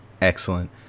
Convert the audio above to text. Excellent